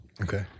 Okay